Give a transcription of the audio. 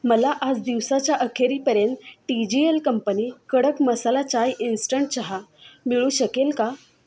मला आज दिवसाच्या अखेरीपर्यंत टी जी एल कंपनी कडक मसाला चाय इन्स्टंट चहा मिळू शकेल का